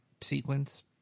sequence